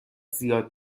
زیاد